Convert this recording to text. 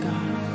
God